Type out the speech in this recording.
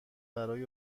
برای